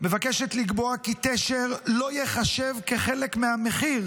מבקשת לקבוע כי תשר לא ייחשב כחלק מהמחיר